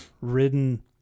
ridden